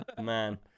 Man